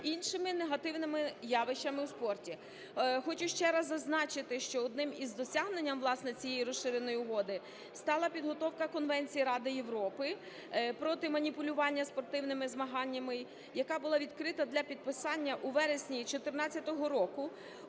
іншими негативними явищами у спорті. Хочу ще раз зазначити, що одним із досягнень власне цієї Розширеної угоди стала підготовка Конвенції Ради Європи проти маніпулювання спортивними змаганнями, яка була відкрита для підписання у вересні 14-го